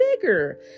bigger